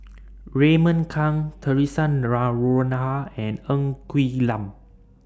Raymond Kang Theresa Noronha and Ng Quee Lam